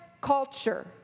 culture